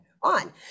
on